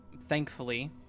Thankfully